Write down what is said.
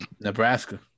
Nebraska